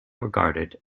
regarded